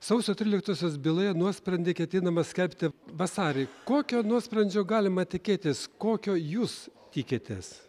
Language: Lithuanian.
sausio tryliktosios byloje nuosprendį ketinama skelbti vasarį kokio nuosprendžio galima tikėtis kokio jūs tikitės